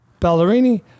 Ballerini